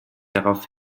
darauf